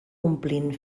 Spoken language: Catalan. omplint